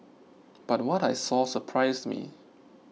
but what I saw surprised me